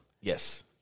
Yes